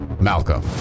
Malcolm